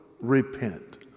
Repent